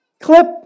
clip